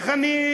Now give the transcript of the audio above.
איך אני,